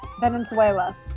Venezuela